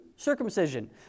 circumcision